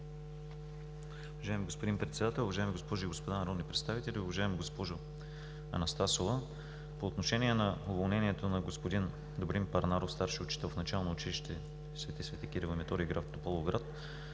Уважаеми господин Председател, уважаеми госпожи и господа народни представители! Уважаема госпожо Анастасова, по отношение на уволнението на господин Добрин Парнаров – старши учител в Начално училище „Св. св. Кирил и Методий“ – Тополовград,